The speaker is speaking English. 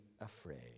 afraid